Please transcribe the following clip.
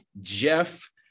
Jeff